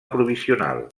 provisional